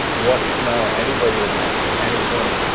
what smell anybody would like at any point.